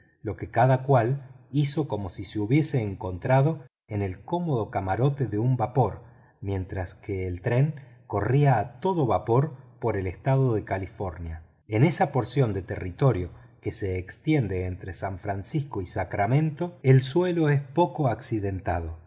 lo que cada cual hizo como si se hubiese encontrado en el cómodo camarote de un vapor mientras que el tren corría a todo vapor el estado de califomia en esa porción de territorio que se extiende entre san francisco y sacramento el suelo es poco accidentado